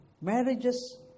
Marriages